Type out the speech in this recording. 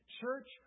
Church